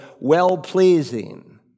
well-pleasing